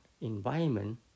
environment